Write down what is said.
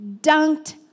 dunked